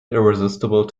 irresistible